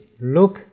look